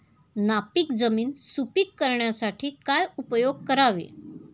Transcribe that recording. नापीक जमीन सुपीक करण्यासाठी काय उपयोग करावे?